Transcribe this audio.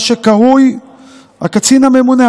מה שקרוי "הקצין הממונה",